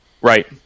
Right